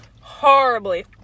horribly